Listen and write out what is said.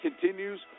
continues